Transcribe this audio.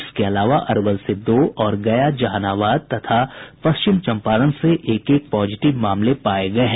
इसके अलावा अरवल से दो और गया जहानाबाद तथा पश्चिम चम्पारण जिले से एक एक पॉजिटिव मामले पाये गये हैं